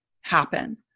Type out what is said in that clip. happen